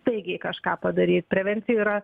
staigiai kažką padaryti prevencija yra